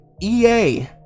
EA